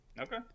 Okay